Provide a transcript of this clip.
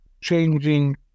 changing